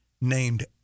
named